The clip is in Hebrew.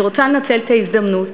אני רוצה לנצל את ההזדמנות